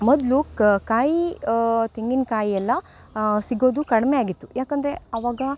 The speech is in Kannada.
ಮೊದಲು ಕಾಯಿ ತೆಂಗಿನಕಾಯಿ ಎಲ್ಲ ಸಿಗೋದು ಕಡಿಮೆ ಆಗಿತ್ತು ಯಾಕಂದರೆ ಅವಾಗ